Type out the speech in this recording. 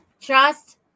Trust